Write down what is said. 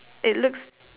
it looks